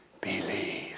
Believe